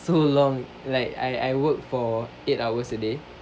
so long like I I work for eight hours a day